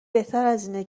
بهترازاینه